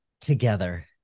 together